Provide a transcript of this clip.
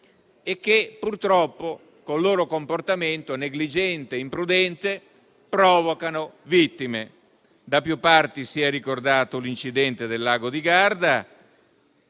e che purtroppo, con il suo comportamento negligente ed imprudente, provoca vittime. Da più parti si è ricordato l'incidente del lago di Garda,